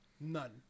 None